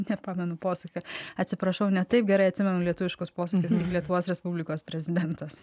nepamenu posakio atsiprašau ne taip gerai atsimenu lietuviškus posakius lietuvos respublikos prezidentas